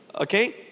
okay